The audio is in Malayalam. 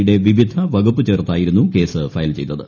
യുടെ വിവിധ വകുപ്പ് ചേർത്തായിരുന്നു കേസ് ഫയൽ ചെയ്തത്